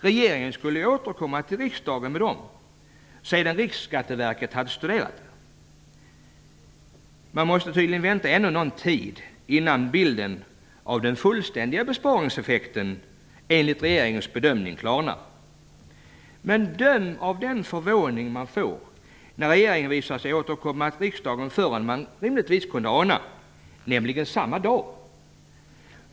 Regeringen skulle ju återkomma till riksdagen med dem, sedan Riksskatteverket studerat frågan. Man måste tydligen vänta ännu någon tid, innan bilden av de fullständiga besparingseffekterna - enligt regeringens bedömning - klarnar. Döm om vår häpnad, när regeringen visar sig återkomma till riksdagen förr än man rimligtvis kunde ana - nämligen samma dag.